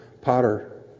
potter